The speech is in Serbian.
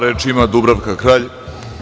Reč ima Dubravka Kralj.